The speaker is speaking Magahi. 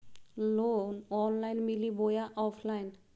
लोन ऑनलाइन मिली बोया ऑफलाइन?